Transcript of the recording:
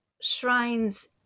shrines